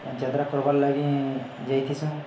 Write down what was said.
ଯାତ୍ରା କର୍ବାର୍ ଲାଗି ଯାଇଥିସୁଁ